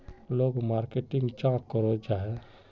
लोग मार्केटिंग चाँ करो जाहा?